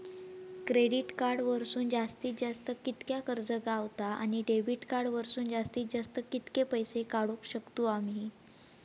Credit card वरसून जास्तीत जास्त कितक्या कर्ज गावता, आणि डेबिट कार्ड वरसून जास्तीत जास्त कितके पैसे काढुक शकतू आम्ही?